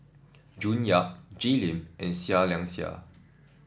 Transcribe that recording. June Yap Jay Lim and Seah Liang Seah